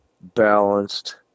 balanced